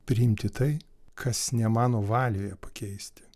priimti tai kas ne mano valioje pakeisti